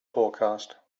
forecast